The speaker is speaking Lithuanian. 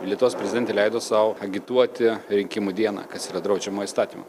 lietuvos prezidentė leido sau agituoti rinkimų dieną kas yra draudžiama įstatymų